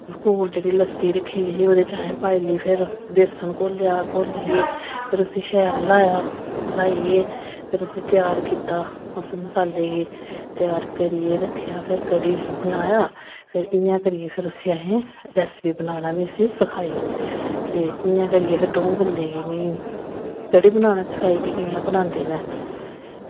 कोल जेह्ड़ी लस्सी रक्खी दी ओह्दे बिच पाई लेई बेसन घोल्लियै फिर उसी शैल ल्हाया ल्हाइयै फिर उसी त्यार कीता उस मसालै गी त्यार करियै रक्खेआ ते भी उस कढ़ी गी बनाया फिर इंया करियै फिर उसी असें रेसिपी बनाना बी सखाई ते इंया करियै असें दंऊ बंदे गी कढ़ी बनाना सखाई की कियां बनांदे न